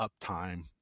uptime